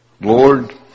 Lord